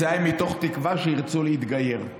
מתוך תקווה שיבחרו להתגייר".